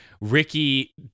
Ricky